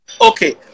Okay